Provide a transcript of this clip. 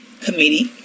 committee